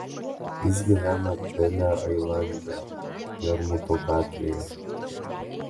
jis gyvena bele ailande jarmuto gatvėje